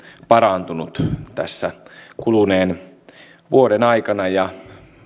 parantunut tässä kuluneen vuoden aikana ja